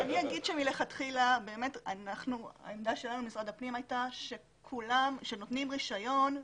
אני אגיד שמלכתחילה העמדה שלנו במשרד הפנים הייתה שנותנים רישיון,